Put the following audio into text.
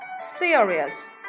serious